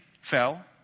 fell